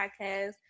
Podcast